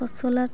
পচলাত